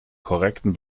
korrekten